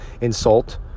insult